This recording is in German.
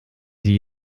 sie